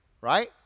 right